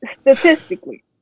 statistically